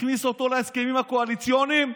הכניס אותו להסכמים הקואליציוניים.